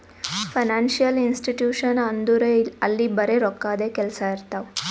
financial institution ಅಂದುರ್ ಅಲ್ಲಿ ಬರೆ ರೋಕ್ಕಾದೆ ಕೆಲ್ಸಾ ಇರ್ತಾವ